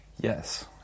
Yes